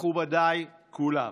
מכובדיי כולם.